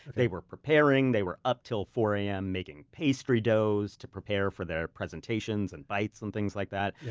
they were preparing, they were up till four zero a m. making pastry doughs to prepare for their presentations and bites and things like that.